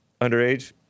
underage